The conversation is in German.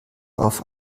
auf